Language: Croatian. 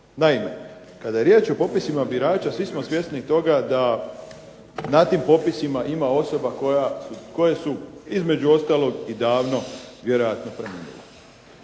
Naime, kada je riječ o popisima birača svi smo svjesni toga da na tim popisima ima osoba koje su između ostalog i davno vjerojatno preminule.